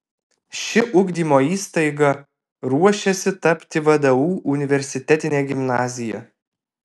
ši ugdymo įstaiga ruošiasi tapti vdu universitetine gimnazija